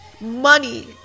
money